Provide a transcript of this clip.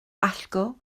allgo